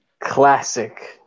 classic